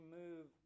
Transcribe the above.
move